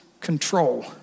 control